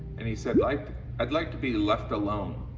and he said, like i'd like to be left alone.